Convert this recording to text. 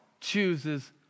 chooses